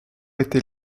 était